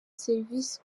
serivisi